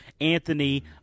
Anthony